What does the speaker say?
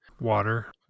water